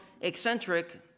eccentric